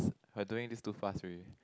we're doing this too fast already